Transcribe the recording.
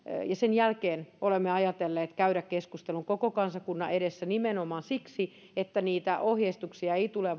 ja sen jälkeen olemme ajatelleet käydä keskustelun koko kansakunnan edessä nimenomaan siksi että niitä ohjeistuksia ei tule